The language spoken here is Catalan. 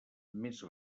més